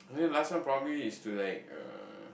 I mean last time probably is to like uh